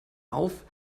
auf